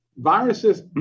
Viruses